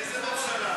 איזה ממשלה,